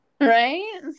Right